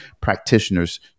practitioners